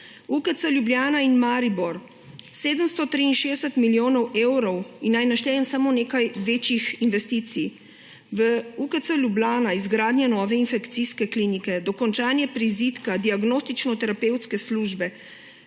UKC Ljubljana in Maribor – 763 milijonov evrov. Naj naštejem samo nekaj večjih investicij. V UKC Ljubljana izgradnja nove infekcijske klinike, dokončanje prizidka diagnostično-terapevtske službe,